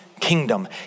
kingdom